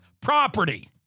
property